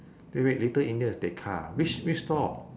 wait wait little india is tekka ah which which stall